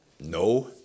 No